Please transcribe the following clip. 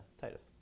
Titus